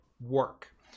work